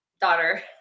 daughter